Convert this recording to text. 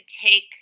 take